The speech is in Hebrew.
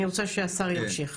אני רוצה שהשר ימשיך.